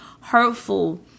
hurtful